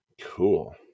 Cool